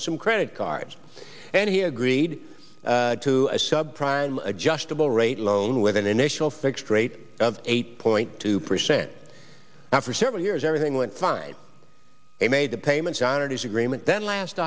and some credit cards and he agreed to a sub prime adjustable rate loan with an initial fixed rate of eight point two percent after seven years everything went fine they made the payments on a disagreement then last